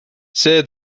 see